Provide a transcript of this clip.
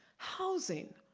housing,